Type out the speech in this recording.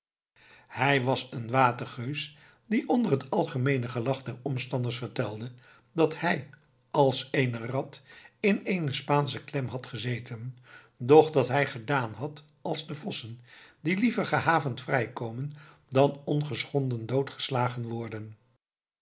hij was een watergeus die onder het algemeene gelach der omstanders vertelde dat hij als eene rat in eene spaansche klem had gezeten doch dat hij gedaan had als de vossen die liever gehavend vrij komen dan ongeschonden doodgeslagen worden